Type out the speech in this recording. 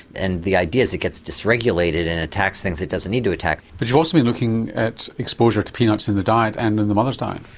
and the idea is it gets disregulated and attacks things it doesn't need to attack. but you've also been looking at exposure to peanuts in the diet and in and the mother's diet.